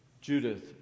Judith